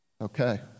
Okay